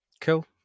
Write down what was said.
Cool